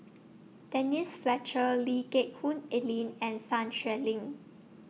Denise Fletcher Lee Geck Hoon Ellen and Sun Xueling